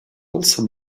also